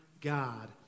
God